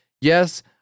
yes